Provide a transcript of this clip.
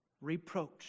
Reproach